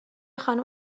خانم